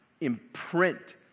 imprint